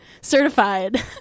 certified